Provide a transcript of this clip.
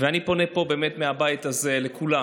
ואני פונה פה באמת מהבית הזה לכולם,